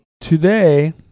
today